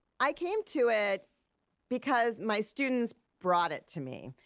i came to it because my students brought it to me.